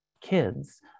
kids